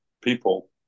people